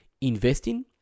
Investing